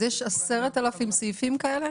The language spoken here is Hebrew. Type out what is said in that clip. החוק.